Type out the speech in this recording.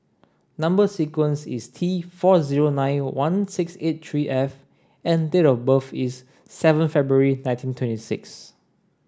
number sequence is T four zero nine one six eight three F and date of birth is seven February nineteen twenty six